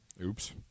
Oops